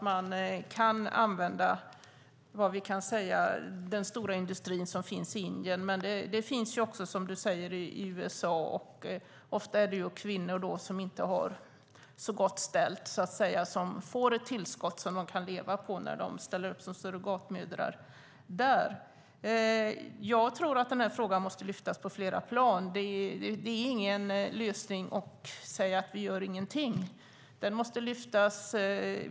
Man kan använda den stora industri som finns i Indien, men detta finns ju också i USA, som du säger. Ofta är det kvinnor som inte har så gott ställt som får ett tillskott som de kan leva på när de ställer upp som surrogatmödrar där. Jag tror att frågan måste lyftas fram på flera plan. Det är ingen lösning att säga att vi inte gör någonting.